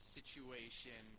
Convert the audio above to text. situation